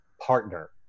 partner